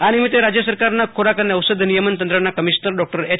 આ નિમિત્તે રાજ્ય સરકારના ખોરાક અને ઔષધ નિયમન તંત્રના કમિશનર ડોક્ટર એચ